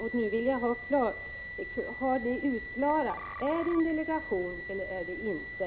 Nu vill jag ha utklarat om det skall vara en delegation eller inte.